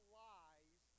lies